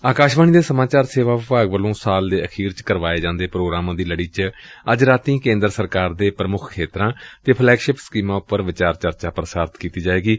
ਆਕਾਸ਼ਵਾਣੀ ਦੇ ਸਮਾਚਾਰ ਸੇਵਾ ਵਿਭਾਗ ਵੱਲੋਂ ਸਾਲ ਦੇ ਅਖੀਰ ਚ ਕਰਵਾਏ ਜਾਂਦੇ ਪ੍ਰੋਗਰਾਮਾਂ ਦੀ ਲੜੀ ਚ ਅੱਜ ਰਾਤੀਂ ਕੇਂਦਰ ਸਰਕਾਰ ਦੇ ਪ੍ਰਮੁੱਖ ਖੇਤਰਾਂ ਅਤੇ ਫਲੈਗਸ਼ਿਪ ਸਕੀਮਾਂ ਉਪਰ ਵਿਚਾਰ ਚਰਚਾ ਪ੍ਰਸਾਰਿਤ ਕੀਤੀ ਜਾਏਗੀ